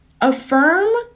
Affirm